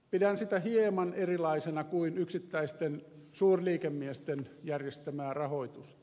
pidän sitä hieman erilaisena kuin yksittäisten suurliikemiesten järjestämää rahoitusta